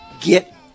get